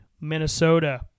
Minnesota